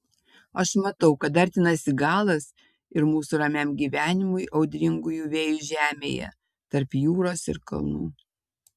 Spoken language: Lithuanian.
aš matau kad artinasi galas ir mūsų ramiam gyvenimui audringųjų vėjų žemėje tarp jūros ir kalnų